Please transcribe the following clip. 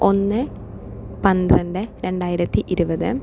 ഒന്ന് പന്ത്രണ്ട് രണ്ടായിരത്തി ഇരുപത്